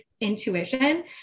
intuition